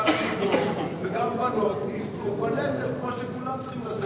וגם בנות יישאו בנטל כמו שכולם צריכים לשאת.